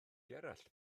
gerallt